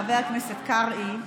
חבר הכנסת קרעי,